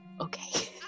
okay